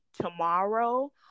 tomorrow